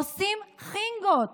עושים חינגות